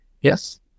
yes